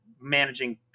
managing